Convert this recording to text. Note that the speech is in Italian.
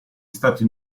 stati